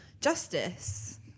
Justice